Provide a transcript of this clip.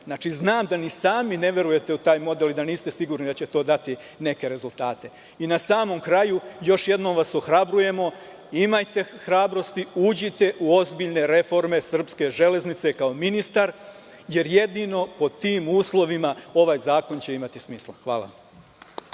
Znači, znam da ni sami ne verujete u taj model i da niste sigurni da će to dati neke rezultate.I na samom kraju, još jednom vas ohrabrujemo, imajte hrabrosti, uđite u ozbiljne reforme Srpske železnice kao ministar, jer jedino pod tim uslovima ovaj zakon će imati smisla. Hvala.